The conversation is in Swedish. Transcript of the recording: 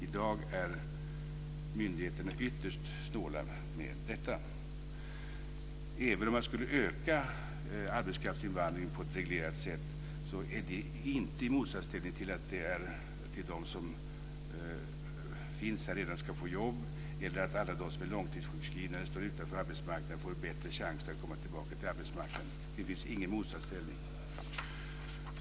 I dag är myndigheterna ytterst snåla med detta. Om man skulle öka arbetskraftsinvandringen på ett reglerat sätt står det inte i motsatsställning till att de som redan finns här ska få jobb eller till att alla de som är långtidssjukskrivna eller står utanför arbetsmarknaden får en bättre chans att komma tillbaka till arbetsmarknaden. Det finns ingen motsatsställning.